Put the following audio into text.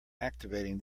activating